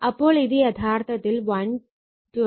അപ്പോൾ ഇത് യഥാർത്ഥത്തിൽ 120